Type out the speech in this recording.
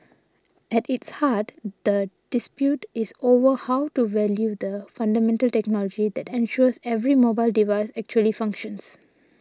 at its heart the dispute is over how to value the fundamental technology that ensures every mobile device actually functions